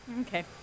Okay